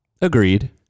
agreed